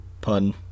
pun